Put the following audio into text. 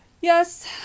Yes